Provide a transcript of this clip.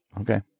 Okay